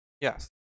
Yes